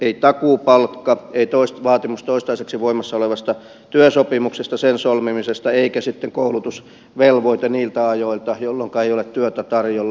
ei takuupalkka ei vaatimus toistaiseksi voimassa olevan työsopimuksen solmimisesta eikä koulutusvelvoite niiltä ajoilta jolloinka ei ole työtä tarjolla